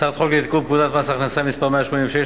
הצעת חוק לתיקון פקודת מס הכנסה (מס' 186),